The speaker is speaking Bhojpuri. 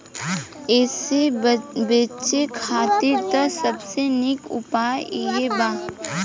एसे बचे खातिर त सबसे निक उपाय इहे बा